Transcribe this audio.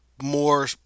more